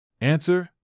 Answer